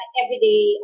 everyday